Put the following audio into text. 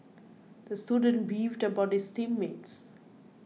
the student beefed about his team mates